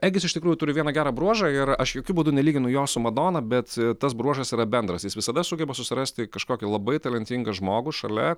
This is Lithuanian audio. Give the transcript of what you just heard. egis iš tikrųjų turi vieną gerą bruožą ir aš jokiu būdu nelyginu jo su madona bet tas bruožas yra bendras jis visada sugeba susirasti kažkokį labai talentingą žmogų šalia